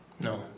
no